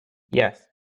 yes